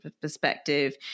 perspective